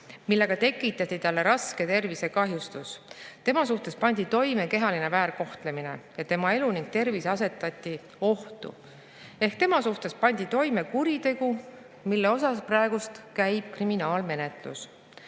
millega tekitati talle raske tervisekahjustus. Tema suhtes pandi toime kehaline väärkohtlemine ning tema elu ja tervis asetati ohtu ehk tema suhtes pandi toime kuritegu, mille suhtes käib praegu kriminaalmenetlus.